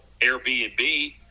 Airbnb